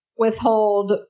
withhold